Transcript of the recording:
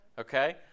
Okay